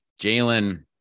Jalen